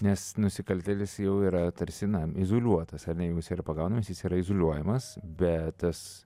nes nusikaltėlis jau yra tarsi na izoliuotas ar ne jeigu jis yra pagaunamas jis yra izoliuojamas bet tas